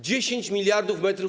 10 mld m